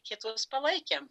kitus palaikėm